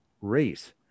race